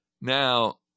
Now